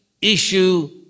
issue